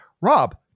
Rob